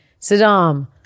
Saddam